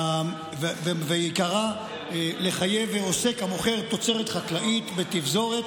עיקרה לחייב עוסק המוכר תוצרת חקלאית בתפזורת